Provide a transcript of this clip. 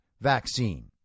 vaccine